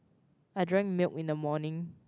I drank milk in the morning